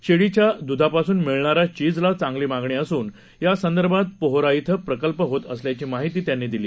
शेळीच्याद्धापासूनमिळणाऱ्याचीजलाचांगलीमागणीअसूनयासंदर्भातपोहराइथंप्रकल्पहोतअस ल्याचीमाहितीत्यांनीदिली